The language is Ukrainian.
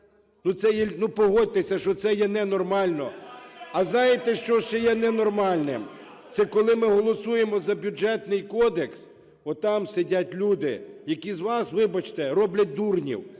Ну погодьтеся, що це є ненормально! А знаєте, що ще є ненормальним? Це коли ми голосуємо за Бюджетний кодекс, отам сидять люди, які з вас, вибачте, роблять дурнів.